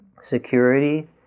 security